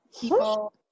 people